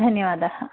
धन्यवादाः